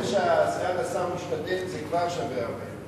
זה שסגן השר משתדל, זה כבר שווה הרבה.